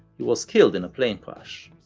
he was killed in a plane crash.